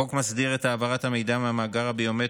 החוק מסדיר העברת מידע מהמאגר הביומטרי,